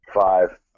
five